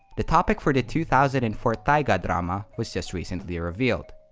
the topic for the two thousand and four taiga drama was just recently revealed.